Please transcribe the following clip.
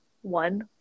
One